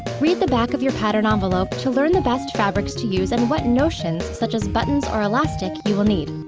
read the back of your pattern envelope to learn the best fabrics to use and what notions, such as buttons or elastic, you will need.